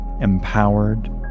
empowered